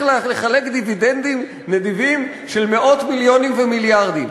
לחלק דיבידנדים נדיבים של מאות מיליונים ומיליארדים.